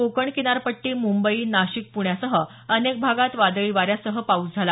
कोकण किनारपट्टी मुंबई नाशिक पुण्यासह अनेक भागात वादळी वाऱ्यासह पाऊस झाला